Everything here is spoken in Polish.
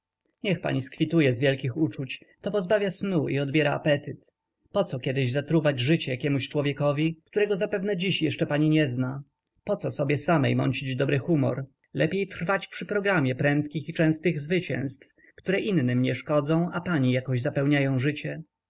niech pani skwituje z wielkich uczuć to pozbawia snu i odbiera apetyt poco kiedyś zatruwać życie jakiemuś człowiekowi którego zapewne dziś jeszcze pani nie zna poco sobie samej mącić dobry humor lepiej trwać przy programie prędkich i częstych zwycięstw które innym nie szkodzą a pani jakoś zapełniają życie